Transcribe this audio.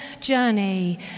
journey